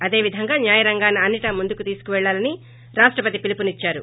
అదే విధంగా న్యాయ రంగాన్ని అన్నిటా ముందుకు తీసుకుపెళ్లాలని రాష్టపతి పిలుపు ఇచ్చారు